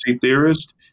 theorist